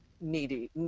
needy